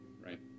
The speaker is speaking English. Right